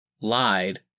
lied